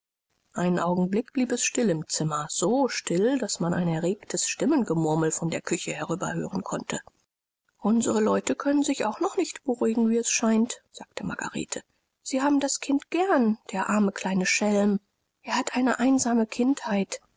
einen augenblick blieb es still im zimmer so still daß man ein erregtes stimmengemurmel von der küche herüber hören konnte unsere leute können sich auch noch nicht beruhigen wie es scheint sagte margarete sie haben das kind gern der arme kleine schelm er hat eine einsame kindheit